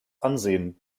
ansehen